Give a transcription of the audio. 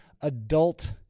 adult